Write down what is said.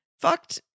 fucked